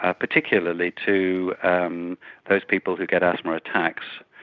ah particularly to um those people who get asthma attacks,